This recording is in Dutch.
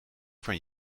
van